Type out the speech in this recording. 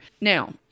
Now